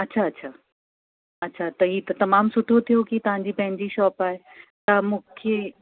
अछा अछा अछा त ही त तमामु सुठो थियो की तव्हांजी पंहिंजी शॉप आहे त मूंखे